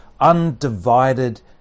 undivided